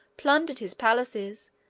plundered his palaces,